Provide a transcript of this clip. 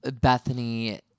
Bethany